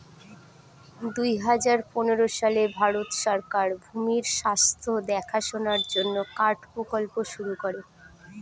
দুই হাজার পনেরো সালে ভারত সরকার ভূমির স্বাস্থ্য দেখাশোনার জন্য কার্ড প্রকল্প শুরু করে